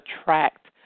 attract